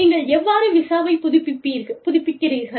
நீங்கள் எவ்வாறு விசாவை புதுப்பிக்கிறீர்கள்